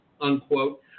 unquote